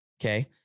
okay